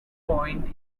point